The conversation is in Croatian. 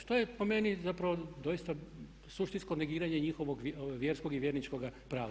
Što je po meni zapravo doista suštinsko negiranje njihovog vjerskog i vjerničkoga prava.